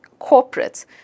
corporates